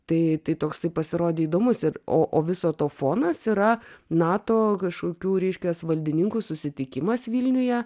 tai tai toksai pasirodė įdomus ir o o viso to fonas yra nato kažkokių reiškias valdininkų susitikimas vilniuje